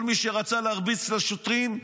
כל מי שרצה להרביץ לשוטרים,